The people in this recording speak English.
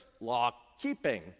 law-keeping